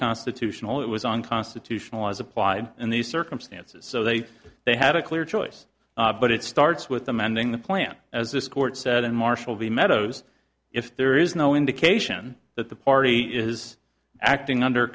constitutional it was unconstitutional as applied in these circumstances so they they had a clear choice but it starts with amending the plan as this court said in marshall v meadows if there is no indication that the party is acting under